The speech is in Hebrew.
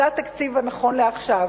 זה התקציב נכון לעכשיו.